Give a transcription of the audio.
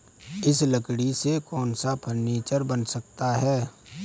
इस लकड़ी से कौन सा फर्नीचर बन सकता है?